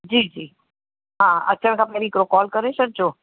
जी जी हा अचण खां पहिरीं हिकिड़ो कॉल करे छॾिजो